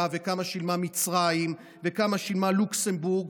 וכמה שילמה מצרים וכמה שילמה לוקסמבורג,